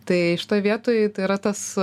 tai šitoj vietoj tai yra tas